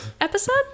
episode